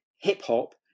hip-hop